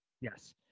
Yes